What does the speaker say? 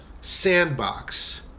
sandbox